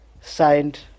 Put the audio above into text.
signed